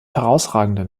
herausragenden